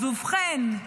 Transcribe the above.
אז ובכן,